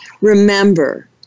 Remember